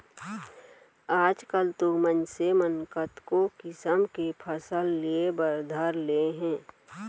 आजकाल तो मनसे मन कतको किसम के फसल लिये बर धर ले हें